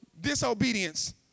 disobedience